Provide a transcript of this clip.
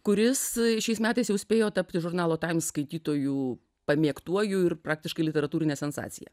kuris šiais metais jau spėjo tapti žurnalo taims skaitytojų pamėgtuoju ir praktiškai literatūrine sensacija